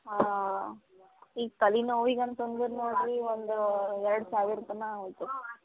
ಹಾಂ ಈಗ ತಲೆನೋವಿಗೆ ಅಂತಂದರ್ ನೋಡ್ರಿ ಒಂದು ಎರಡು ಸಾವಿರ ತನಕ ಐತೆ